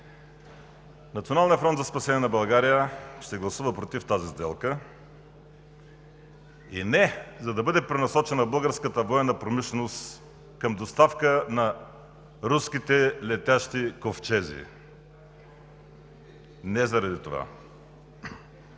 Националният фронт за спасение на България ще гласува „против“ тази сделка и не за да бъде пренасочена българската военна промишленост към доставка на руските летящи ковчези, не заради това.